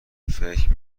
فکر